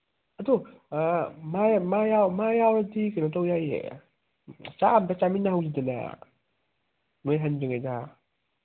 ꯑꯗꯨ ꯃꯥ ꯌꯥꯎꯔꯗꯤ ꯀꯩꯅꯣ ꯇꯧ ꯌꯥꯏꯌꯦ ꯆꯥꯛ ꯑꯝꯇ ꯆꯥꯃꯤꯟꯅꯍꯧꯁꯤꯗꯅ ꯅꯣꯏ ꯍꯟꯗ꯭ꯔꯤꯉꯩꯗ